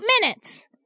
minutes